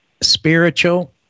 spiritual